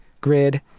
grid